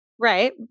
Right